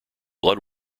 blood